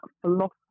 philosophy